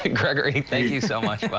gregory, thank you so much.